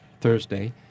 Thursday